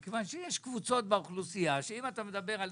מכיוון שיש קבוצות באוכלוסייה שאם אתה מדבר על